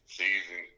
season